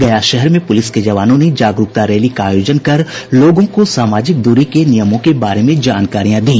गया शहर में पुलिस के जवानों ने जागरूकता रैली का आयोजन कर लोगों को सामाजिक दूरी के नियमों के बारे में जानकारियां दी